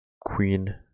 queen